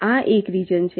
આ એક રિજન છે